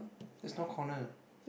that's not corner